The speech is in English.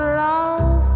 love